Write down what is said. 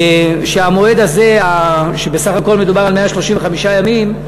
שהמועד הזה, שבסך הכול מדובר על 135 ימים,